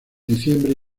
diciembre